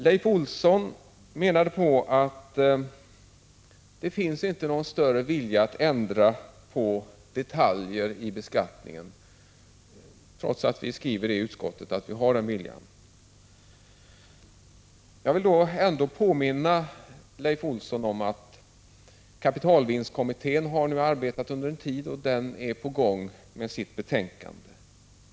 Leif Olsson menade att det inte finns någon större vilja att ändra detaljer i beskattningen, trots att vi i betänkande skrivit att vi har den viljan. Jag vill då påminna Leif Olsson om att kapitalvinstkommittén nu arbetat en tid och Prot. 1985/86:139 = håller på att färdigställa sitt betänkande.